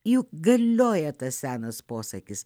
juk galioja tas senas posakis